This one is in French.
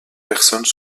personnes